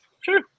sure